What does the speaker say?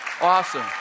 Awesome